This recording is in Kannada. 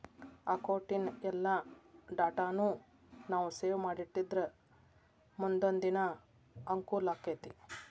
ಅಕೌಟಿನ್ ಎಲ್ಲಾ ಡಾಟಾನೂ ನಾವು ಸೇವ್ ಮಾಡಿಟ್ಟಿದ್ರ ಮುನ್ದೊಂದಿನಾ ಅಂಕೂಲಾಕ್ಕೆತಿ